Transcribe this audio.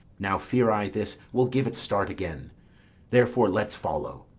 now fear i this will give it start again therefore let's follow.